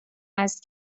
است